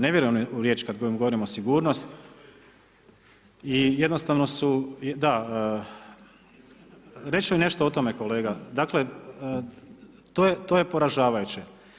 Ne vjeruju u riječ kad govorimo sigurnost i jednostavno su … [[Upadica se ne čuje.]] da reć ću vam nešto o tome kolega, dakle to je poražavajuće.